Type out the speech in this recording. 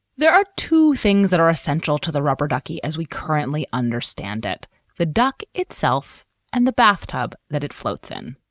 there are two things that are central to the rubber ducky as we currently understand it the duck itself and the bathtub that it floats in